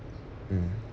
mm